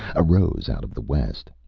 arose out of the west.